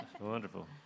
wonderful